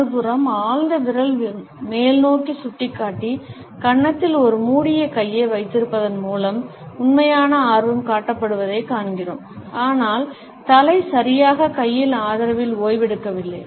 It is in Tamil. மறுபுறம் ஆழ்ந்த விரல் மேல்நோக்கி சுட்டிக்காட்டி கன்னத்தில் ஒரு மூடிய கையை வைத்திருப்பதன் மூலம் உண்மையான ஆர்வம் காட்டப்படுவதைக் காண்கிறோம் ஆனால் தலை சரியாக கையின் ஆதரவில் ஓய்வெடுக்கவில்லை